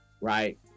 right